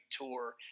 tour